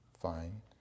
fine